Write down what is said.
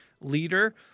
leader